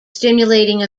stimulating